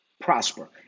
prosper